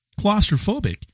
claustrophobic